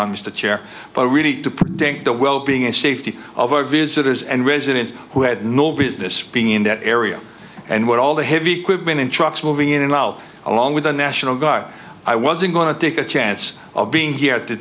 on just a chair but really to prevent the well being and safety of our visitors and residents who had no business being in that area and what all the heavy equipment and trucks moving in and out along with the national guard i wasn't going to take a chance of being here to